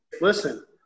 Listen